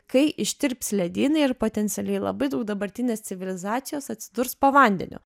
kai ištirps ledynai ir potencialiai labai daug dabartinės civilizacijos atsidurs po vandeniu